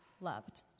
loved